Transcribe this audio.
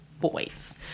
boys